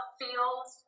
feels